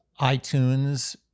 iTunes